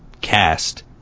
cast